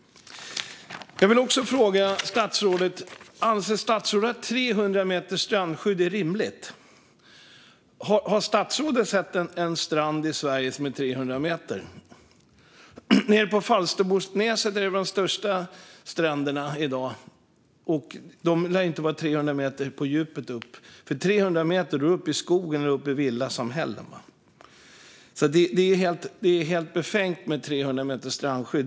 Jag vill också fråga statsrådet om statsrådet anser att 300 meters strandskydd är rimligt. Har statsrådet sett en strand i Sverige som är 300 meter? På Falsterbonäset finns de största stränderna i dag. De lär inte vara 300 meter på djupet. Med 300 meter är du uppe i skogen och villasamhällena. Det är helt befängt med 300 meter strandskydd.